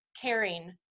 caring